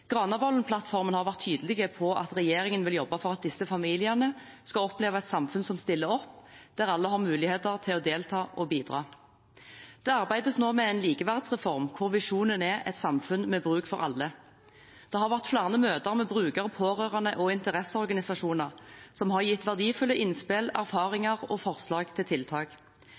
har vært tydelig på at regjeringen vil jobbe for at disse familiene skal oppleve et samfunn som stiller opp, og der alle har mulighet til å delta og bidra. Det arbeides nå med en likeverdsreform, der visjonen er et samfunn med bruk for alle. Det har vært flere møter med brukere, pårørende og interesseorganisasjoner, som har gitt verdifulle innspill, erfaringer og forslag til tiltak.